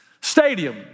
stadium